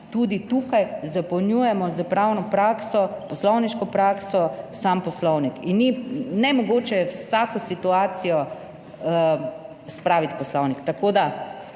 tudi tukaj zapolnjujemo s pravno prakso, poslovniško prakso sam Poslovnik. In ni, nemogoče vsako situacijo spraviti v Poslovnik. Tako da